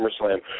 SummerSlam